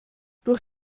durch